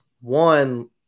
one